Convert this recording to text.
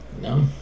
No